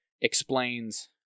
explains